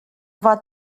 war